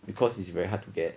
because it's very hard to get